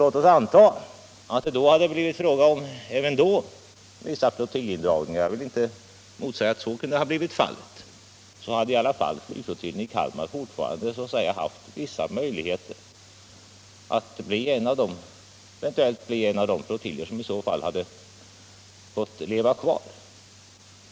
Låt oss anta att det även då hade blivit fråga om vissa flottiljindragningar — jag vill inte motsäga att så kunde ha blivit fallet — hade i alla fall flygflottiljen i Kalmar fortfarande haft vissa möjligheter att eventuellt bli en av de flottiljer som fått leva kvar.